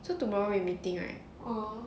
so tomorrow you meeting right